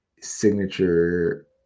signature